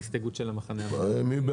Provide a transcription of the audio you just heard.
הצבעה בעד, 0